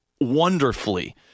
wonderfully